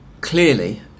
clearly